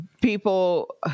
people